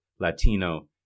Latino